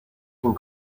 can